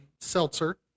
seltzer